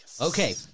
Okay